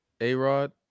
A-Rod